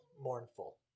mournful